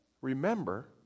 Remember